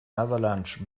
avalanche